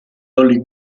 holy